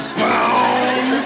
found